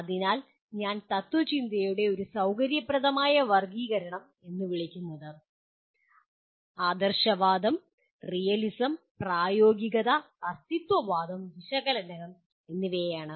അതിനാൽ ഞാൻ തത്ത്വചിന്തയുടെ ഒരു സൌകര്യപ്രദമായ വർഗ്ഗീകരണം എന്ന് വിളിക്കുന്നത് ആദർശവാദം റിയലിസം പ്രായോഗികത അസ്തിത്വവാദം വിശകലനം എന്നിവയാണ്